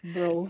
Bro